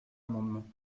amendement